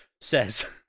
says